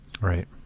Right